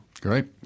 Great